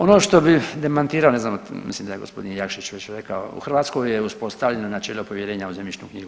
Ono što bih demantirao, ne znam mislim da je gospodin Jakšić već rekao u Hrvatskoj je uspostavljeno načelo povjerenja u zemljišnu knjigu.